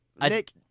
Nick